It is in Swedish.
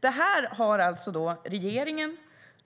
Det här har alltså regeringen